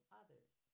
others